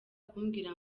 kumbwira